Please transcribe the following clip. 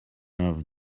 off